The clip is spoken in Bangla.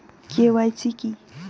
কে.ওয়াই.সি কী?